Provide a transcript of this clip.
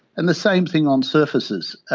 and the same thing on surfaces.